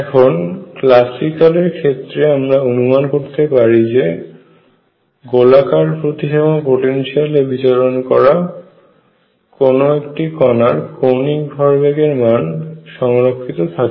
এখন ক্লাসিক্যাল এর ক্ষেত্রে আমরা অনুমান করতে পারি যে গোলাকার প্রতিসম পোটেনশিয়াল এ বিচলন করা কোন একটি কণার কৌণিক ভরবেগের মান সংরক্ষিত থাকে